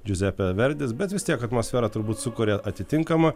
džiuzepė verdis bet vis tiek atmosferą turbūt sukuria atitinkamą